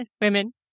women